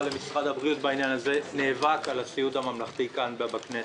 למשרד הבריאות - נאבק על הסיעוד הממלכתי כאן בכנסת,